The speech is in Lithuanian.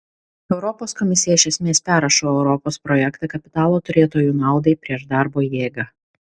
europos komisija iš esmės perrašo europos projektą kapitalo turėtojų naudai prieš darbo jėgą